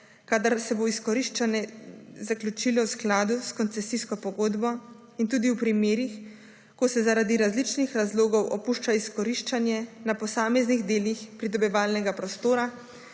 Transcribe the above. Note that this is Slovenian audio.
kadar se bo izkoriščanje zaključilo v skladu s koncesijsko pogodbo in tudi v primerih ko se zaradi različnih razlogov opušča izkoriščanje na posameznih delih pridobivalnega prostora,